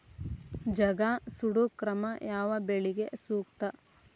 ಜಗಾ ಸುಡು ಕ್ರಮ ಯಾವ ಬೆಳಿಗೆ ಸೂಕ್ತ?